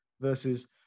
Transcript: versus